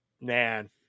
man